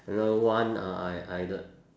another one uh I either